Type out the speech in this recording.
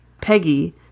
Peggy